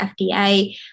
FDA